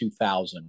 2000